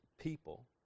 people